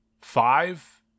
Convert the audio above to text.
five